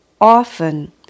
often